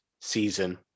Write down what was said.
season